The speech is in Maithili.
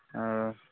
ओ